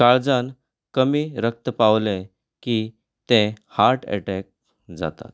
काळजांत कमी रक्त पावलें की तें हार्ट एटॅक जाता